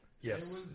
Yes